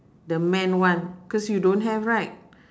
the men one cause you don't have right